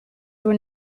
were